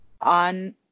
on